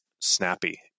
snappy